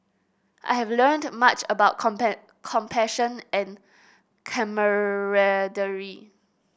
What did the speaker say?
I have learned much about compassion and camaraderie